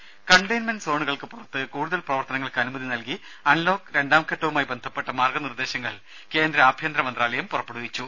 രുമ കണ്ടെയിൻമെന്റ് സോണുകൾക്ക് പുറത്ത് കൂടുതൽ പ്രവർത്തനങ്ങൾക്ക് അനുമതി നൽകി അൺലോക്ക് രണ്ടാംഘട്ടവുമായി ബന്ധപ്പെട്ട മാർഗ നിർദേശങ്ങൾ കേന്ദ്ര ആഭ്യന്തര മന്ത്രാലയം പുറപ്പെടുവിച്ചു